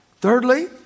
Thirdly